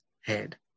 head